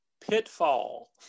Pitfall